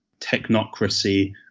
technocracy